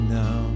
now